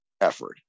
effort